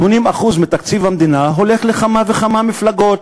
80% מתקציב המדינה הולך לכמה וכמה מפלגות,